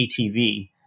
ATV